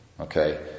Okay